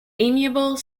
amiable